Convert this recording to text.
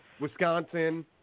Wisconsin